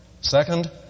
Second